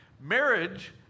Marriage